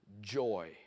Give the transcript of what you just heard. Joy